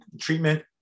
treatment